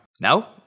Now